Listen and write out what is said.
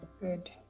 Good